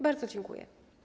Bardzo dziękuję.